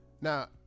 Now